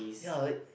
ya like